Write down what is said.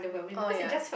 oh ya